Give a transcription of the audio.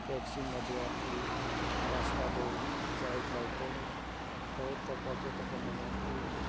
taxi ମଧ୍ୟ ବି ରାସ୍ତା ଦେଇ ଯାଇଥାଏ ତେଣୁ ବହୁତ ପର୍ଯ୍ୟଟକମାନେ ଏହି